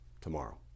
tomorrow